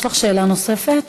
יש לך שאלה נוספת?